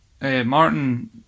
Martin